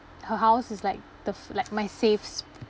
her house is like the fe~ like my safe sp~